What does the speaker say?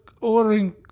ordering